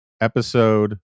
episode